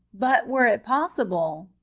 but, were it possible,